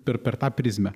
per per tą prizmę